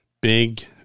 big